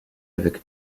avec